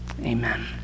Amen